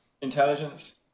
intelligence